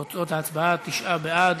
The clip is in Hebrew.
תוצאות ההצבעה: תשעה בעד,